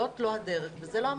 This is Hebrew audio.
זאת לא הדרך וזה לא המקום.